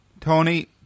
Tony